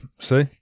see